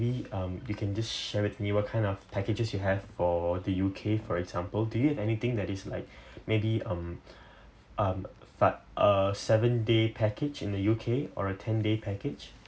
maybe um you can just share with me what kind of packages you have for the U_K for example do you have anything that is like maybe um um that uh seven day package in the U_K or a ten day package